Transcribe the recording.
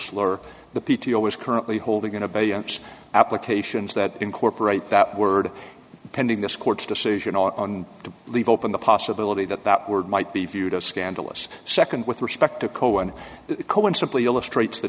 slur the p t o is currently holding in abeyance applications that incorporate that word pending this court's decision on to leave open the possibility that that word might be viewed as scandalous second with respect to cohen cohen simply illustrates the